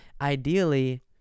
Ideally